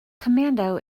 commando